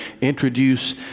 introduce